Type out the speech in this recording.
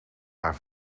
haar